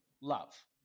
Love